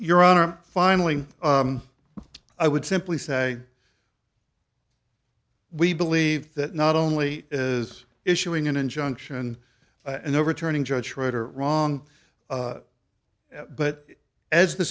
your honor finally i would simply say we believe that not only is issuing an injunction and overturning judges right or wrong but as the